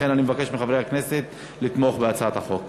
לכן אני מבקש מחברי הכנסת לתמוך בהצעת החוק.